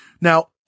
Now